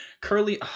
Curly